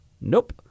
Nope